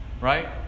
Right